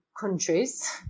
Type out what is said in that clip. countries